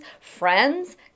friends